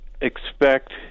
expect